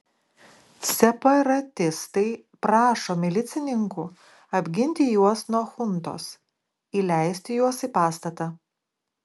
separatistai prašo milicininkų apginti juos nuo chuntos įleisti juos į pastatą